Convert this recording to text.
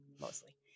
mostly